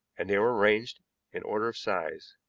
and they were arranged in order of size.